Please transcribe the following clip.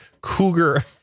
Cougar